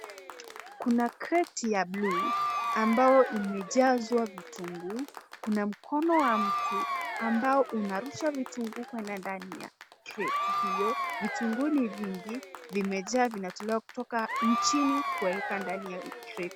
Kuna kreti ya bluu ambayo imejazwa vitunguu. Kuna mkono wa mtu ambao unarusha vitunguu kwenda ndani ya kreti hiyo. Vitunguu ni vingi vimejaa vinatolewa kutoka chini kuwekwa ndani ya kreti.